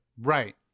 Right